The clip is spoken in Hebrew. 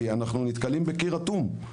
כי אנחנו נתקלים בקיר אטום.